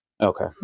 Okay